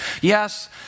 Yes